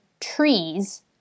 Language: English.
trees